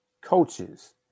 coaches